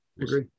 agree